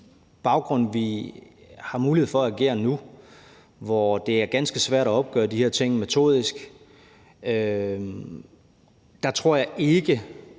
hvordan vi har mulighed for at agere nu, hvor det er ganske svært at opgøre de her ting metodisk, tror jeg ikke,